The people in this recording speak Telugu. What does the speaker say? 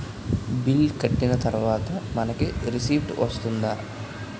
బిల్ కట్టిన తర్వాత మనకి రిసీప్ట్ వస్తుందా?